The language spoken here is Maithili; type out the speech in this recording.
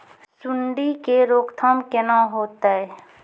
सुंडी के रोकथाम केना होतै?